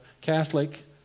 Catholic